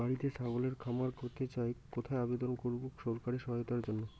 বাতিতেই ছাগলের খামার করতে চাই কোথায় আবেদন করব সরকারি সহায়তার জন্য?